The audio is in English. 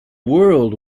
world